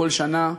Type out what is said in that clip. בכל שנה,